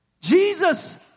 Jesus